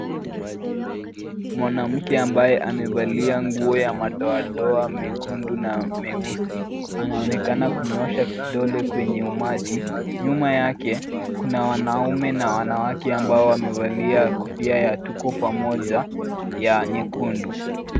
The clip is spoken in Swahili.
Mwanamke ambaye amevalia nguo ya madodoa mekundu Na meusi anaonekana kunyosha kidole kwenye umati nyuma yake Kuna wanaumme Na wanawake ambao wamevalia kofia ya tuko pamoja ya nyekundu.